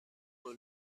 پول